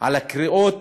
על הקריאות